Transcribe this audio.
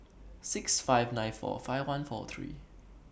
six five nine four five one four three